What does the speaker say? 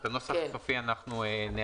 את הנוסח הסופי אנחנו נעבד.